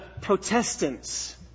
Protestants